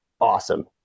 awesome